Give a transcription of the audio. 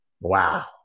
Wow